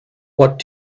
what